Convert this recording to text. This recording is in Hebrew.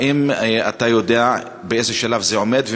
האם אתה יודע באיזה שלב זה עומד?